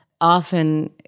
often